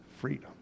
freedom